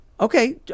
Okay